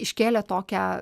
iškėlė tokią